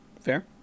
Fair